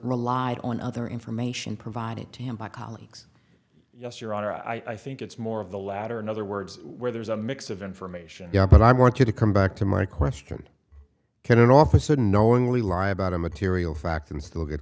relied on other information provided to him by colleagues yes your honor i think it's more of the latter in other words where there's a mix of information yeah but i want you to come back to my question can an officer knowingly lie about a material fact and still get